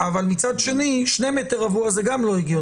מצד שני, 2 מ"ר רבוע זה גם לא הגיוני.